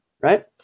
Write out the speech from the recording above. right